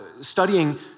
studying